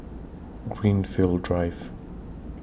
Greenfield Drive